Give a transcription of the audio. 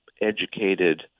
educated